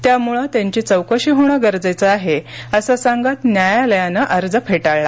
त्यामुळे त्यांची चौकशी होण गरजेचं आहे असं सांगत न्यायालयानं अर्ज फेटाळला